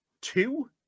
two